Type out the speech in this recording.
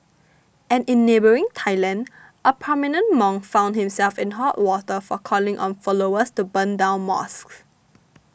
and in neighbouring Thailand a prominent monk found himself in hot water for calling on followers to burn down mosques